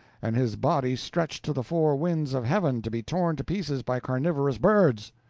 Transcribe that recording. and his body stretched to the four winds of heaven, to be torn to pieces by carnivorous birds.